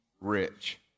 rich